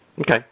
Okay